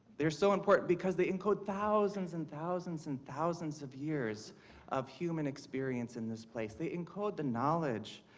they are so important because they encode thousands and thousands and thousands of years of human experience in this place. they encode the knowledge,